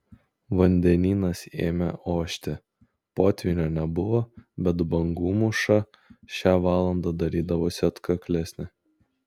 vandenynas ėmė ošti potvynio nebuvo bet bangų mūša šią valandą darydavosi atkaklesnė